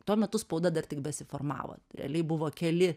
tuo metu spauda dar tik besiformavo realiai buvo keli